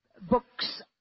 books